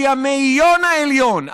כי המאיון העליון,